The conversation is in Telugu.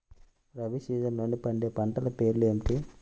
రబీ సీజన్లో పండే పంటల పేర్లు ఏమిటి?